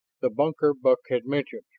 the bunker buck had mentioned?